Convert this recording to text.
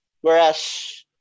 Whereas